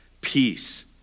peace